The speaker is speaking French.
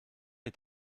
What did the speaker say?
est